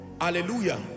hallelujah